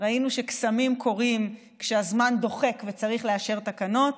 ראינו שקסמים קורים כשהזמן דוחק וצריך לאשר תקנות,